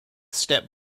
step